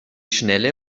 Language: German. schnelle